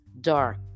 dark